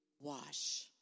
wash